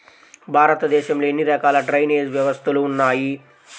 భారతదేశంలో ఎన్ని రకాల డ్రైనేజ్ వ్యవస్థలు ఉన్నాయి?